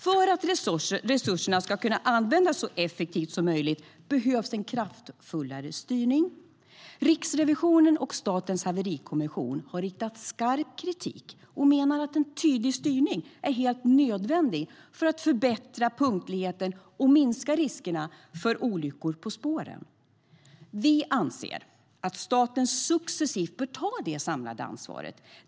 För att resurserna ska kunna användas så effektivt som möjligt behövs en kraftfullare styrning. Vi anser att staten successivt bör ta det samlade ansvaret.